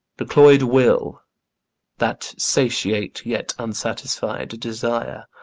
the cloyed will that satiate yet unsatisfied desire,